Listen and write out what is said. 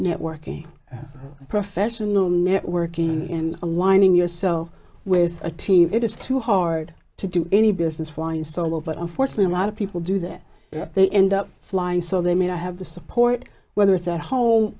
networking as a professional networking and aligning yourself with a team it is too hard to do any business flying solo but unfortunately a lot of people do that they end up flying so they may not have the support whether it's at home